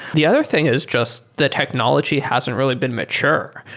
the other thing is just the technology hasn't really been mature,